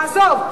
לעזוב.